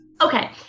Okay